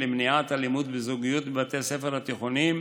למניעת אלימות בזוגיות בבתי ספר תיכוניים,